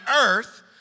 earth